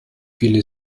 viele